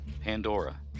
Pandora